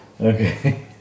Okay